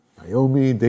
Naomi